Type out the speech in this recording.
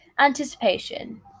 anticipation